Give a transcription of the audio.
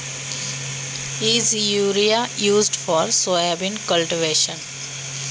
Soybean लागवडीसाठी युरियाचा वापर केला जातो का?